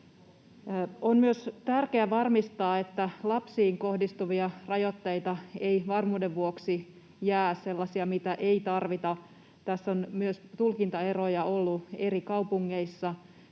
On myös tärkeä varmistaa, että lapsiin kohdistuvia rajoitteita ei varmuuden vuoksi jää, sellaisia, mitä ei tarvita. Tässä on myös tulkintaeroja ollut eri kaupungeissa,